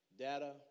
Data